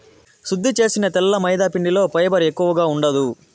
శుద్ది చేసిన తెల్ల మైదాపిండిలో ఫైబర్ ఎక్కువగా ఉండదు